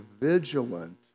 vigilant